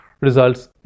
results